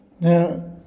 Now